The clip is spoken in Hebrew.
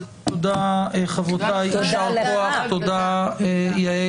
הצבעה בעד 4 נגד 0 נמנעים 0